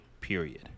period